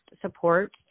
support